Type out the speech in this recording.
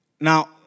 Now